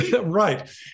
right